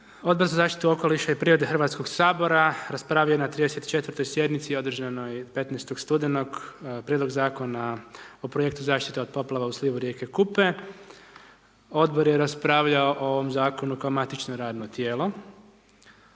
Odbor za zaštitu okoliša…/Govornik se ne razumije/… HS-a raspravio na 34-toj sjednici odraženoj 15. studenoga, Prijedlog zakona o projektu zaštite od poplava u slivu rijeke Kupe. Odbor je raspravljao o ovom zakonu kao matično radno tijelo.